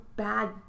bad